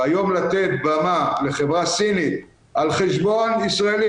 והיום לתת במה לחברה סינית על חשבון ישראלים,